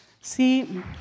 See